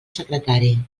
secretari